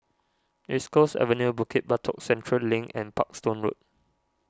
East Coast Avenue Bukit Batok Central Link and Parkstone Road